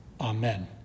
amen